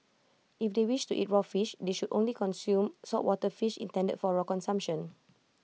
if they wish to eat raw fish they should only consume saltwater fish intended for raw consumption